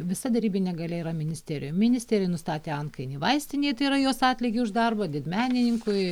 visa derybinė galia yra ministerijoj ministerija nustatė antkainį vaistinei tai yra jos atlygį už darbą didmenininkui